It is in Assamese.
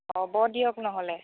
হ'ব দিয়ক ন'হলে